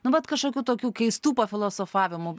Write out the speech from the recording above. nu vat kažkokių tokių keistų pafilosofavimų